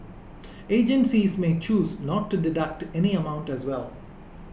agencies may choose not to deduct any amount as well